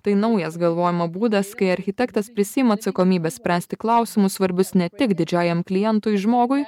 tai naujas galvojimo būdas kai architektas prisiima atsakomybę spręsti klausimus svarbius ne tik didžiajam klientui žmogui